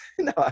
no